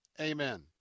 Amen